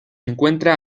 encuentra